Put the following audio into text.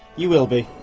you will be.